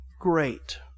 great